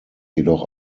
jedoch